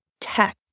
tech